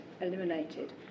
eliminated